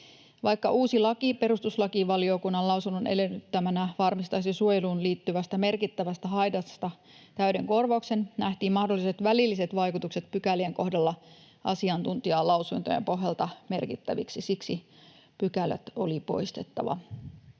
Vaikka uusi laki perustuslakivaliokunnan lausunnon edellyttämänä varmistaisi suojeluun liittyvästä merkittävästä haitasta täyden korvauksen, nähtiin mahdolliset välilliset vaikutukset pykälien kohdalla asiantuntijalausuntojen pohjalta merkittäviksi. Siksi pykälät oli poistettava.